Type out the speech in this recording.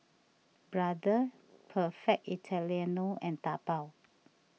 Brother Perfect Italiano and Taobao